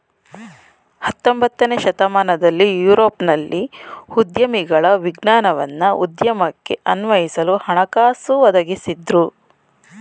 ಹತೊಂಬತ್ತನೇ ಶತಮಾನದಲ್ಲಿ ಯುರೋಪ್ನಲ್ಲಿ ಉದ್ಯಮಿಗಳ ವಿಜ್ಞಾನವನ್ನ ಉದ್ಯಮಕ್ಕೆ ಅನ್ವಯಿಸಲು ಹಣಕಾಸು ಒದಗಿಸಿದ್ದ್ರು